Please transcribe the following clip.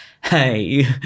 Hey